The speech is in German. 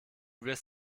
wirst